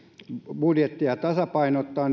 budjettia tasapainottaa